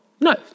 No